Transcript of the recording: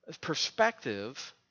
perspective